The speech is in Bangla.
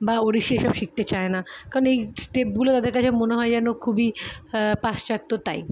বা ওড়িশি এসব শিখতে চায় না কারণ এই স্টেপগুলো তাদের কাছে মনে হয় যেন খুবই পাশ্চাত্য তাই